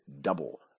double